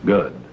Good